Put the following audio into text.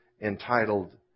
entitled